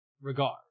regard